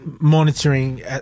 monitoring